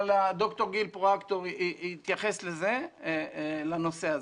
דוקטור גיל פרואקטור יתייחס לנושא הזה.